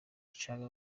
canke